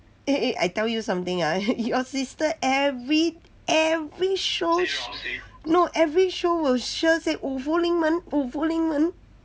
eh eh I tell you something ah your sister every every show sh~ no every show will sure say the 五福临门五福临门